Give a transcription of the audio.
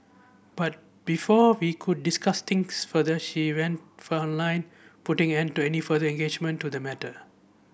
but before we could discuss this further she went for online putting an end to any further engagement to the matter